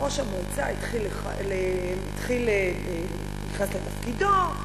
ראש המועצה נכנס לתפקידו,